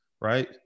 right